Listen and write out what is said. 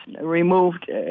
removed